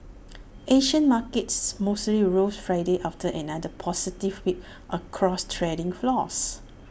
Asian markets mostly rose Friday after another positive week across trading floors